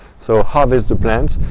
so harvest the plants,